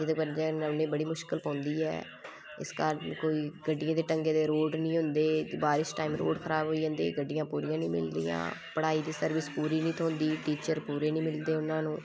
जेह्दे कन्नै उनें बड़ी मुश्कल पौंदी ऐ इस कारण कोई गड्डियें दे ढंगै दे रोड़ नेईं होंदे बारश टाइम रोड़ खराब होई जंदे गड्डियां पूरियां नी मिलदियां पढ़ाई दी सर्विस पूरी नी थ्होंदी टीचर पूरे नीं मिलदे उना नूं